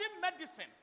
medicine